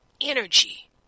energy